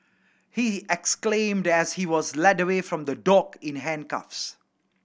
he exclaimed as he was led away from the dock in handcuffs